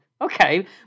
Okay